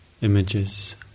images